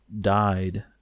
died